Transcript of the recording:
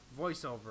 voiceover